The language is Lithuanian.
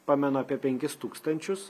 pamenu apie penkis tūkstančius